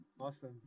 Awesome